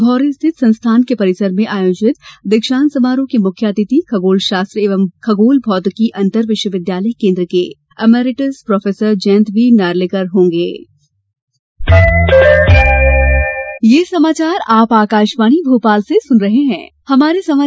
भौंरी स्थित संस्थान के परिसर में आयोजित दीक्षांत समारोह के मुख्य अतिथि खगोलशास्त्र एवं खगोल भौतिकी अंतर विश्वविद्यालय केन्द्र के emeritus professor Jayant V Narlikar होंगे